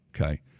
Okay